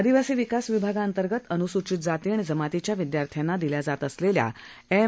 आदिवासी विकास विभागांतर्गत अनुसूचित जाती आणि जमातीच्या विद्यार्थ्यांना दिल्या जात असलख्खा एम